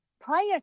Prior